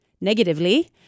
negatively